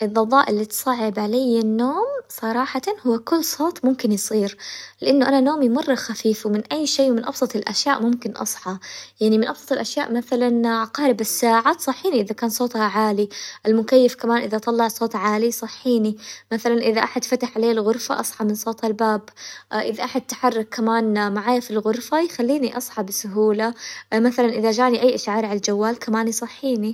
الظوظاء اللي تصعب عليا النوم صراحةً هو كل صوت ممكن يصير، لأنه أنا نومي مرة خفيف ومن أي شي من أبسط الأشياء ممكن أصحى، يعني من أبسط الأشياء مثلاً عقارب الساعة تصحيني إذا كان صوتها عالي، المكيف كمان إذا طلع صوت عالي يصحيني، مثلاً إذا أحد فتح عليا الغرفة أصحى من صوت الباب، إذا أحد تحرك كمان معايا في الغرفة يخليني أصحى بسهولة، مثلاً إذا جاني أي إشعار ع الجوال كمان يصحيني.